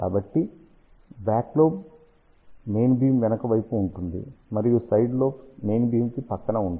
కాబట్టి back lobe main beam వెనుక వైపు ఉంటుంది మరియు సైడ్ లోబ్స్ మెయిన్ బీమ్ కి పక్కన ఉంటాయి